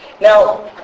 Now